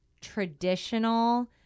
traditional